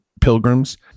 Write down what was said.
pilgrims